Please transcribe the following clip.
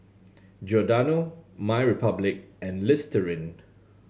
Giordano MyRepublic and Listerine